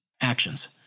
Actions